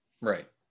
Right